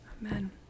amen